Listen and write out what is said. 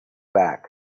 back